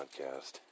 podcast